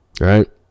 Right